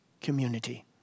community